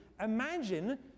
imagine